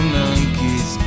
monkeys